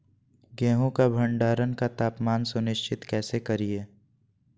गेहूं का भंडारण का तापमान सुनिश्चित कैसे करिये?